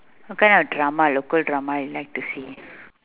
what kind of drama local drama you like to see